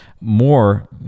more